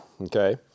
okay